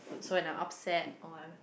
food so when I'm upset or I'm